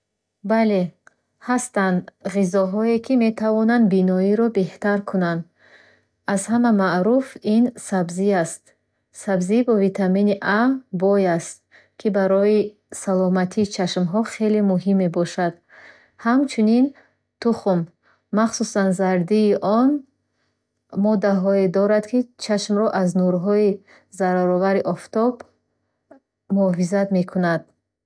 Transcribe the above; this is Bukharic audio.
Бале, ҳастанд ғизоҳие, ки метавонан биноиро беҳтар кунанд. Аз ҳама маъруф — сабзӣ аст. Сабзӣ бо витамини A бой аст, ки барои саломатии чашмоҳо хеле муҳим мебошад. Ҳамчунин, тухм, махсусан зардии он, моддаҳое дорад, ки чашмро аз нурҳои зараровари офтоб муҳофизат мекунанд.